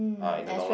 ah in the long run